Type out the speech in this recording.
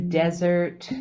desert